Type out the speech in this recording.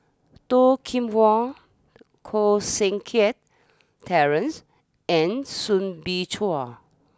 Toh Kim Hwa Koh Seng Kiat Terence and Soo Bin Chua